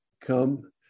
come